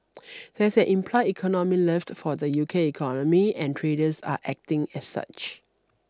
that's an implied economic lift for the U K economy and traders are acting as such